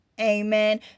amen